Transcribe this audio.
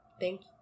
Thank